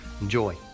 Enjoy